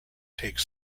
take